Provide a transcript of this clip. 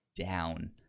down